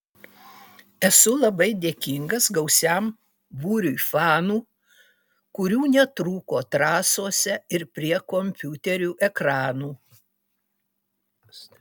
esu labai dėkingas gausiam būriui fanų kurių netrūko trasose ir prie kompiuterių ekranų